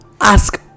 ask